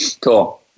cool